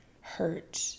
hurt